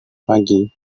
pagi